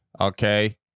okay